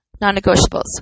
non-negotiables